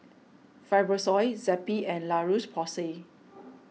Fibrosol Zappy and La Roche Porsay